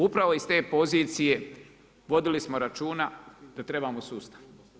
Upravo iz te pozicije vodili smo računa da trebamo sustav.